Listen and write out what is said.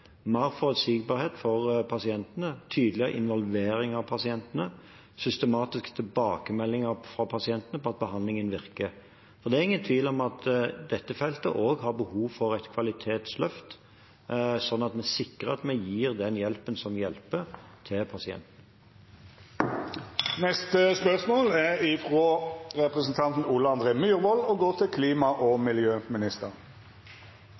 mer forutsigbarhet for pasientene, tydeligere involvering av pasientene og systematisk tilbakemelding fra pasientene på at behandlingen virker. Det er ingen tvil om at dette feltet også har behov for et kvalitetsløft, slik at vi sikrer at vi gir den hjelpen som hjelper, til pasienten.